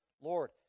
Lord